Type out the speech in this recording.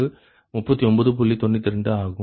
92 ஆகும்